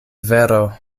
vero